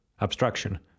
abstraction